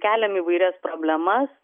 keliam įvairias problemas